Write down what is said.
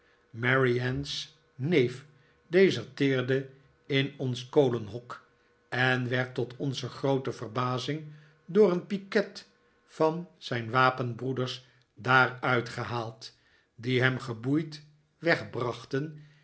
neef deserteerde in ons kolenhok en werd tot onze groote verbazing door een piket van zijn wapenbroeders daaruit gehaald die hem geboeid wegbrachten